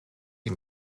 die